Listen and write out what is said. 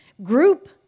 Group